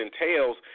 entails